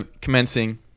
commencing